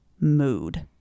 mood